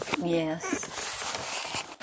Yes